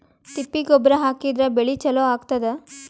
ತಿಪ್ಪಿ ಗೊಬ್ಬರ ಹಾಕಿದ್ರ ಬೆಳಿ ಚಲೋ ಆಗತದ?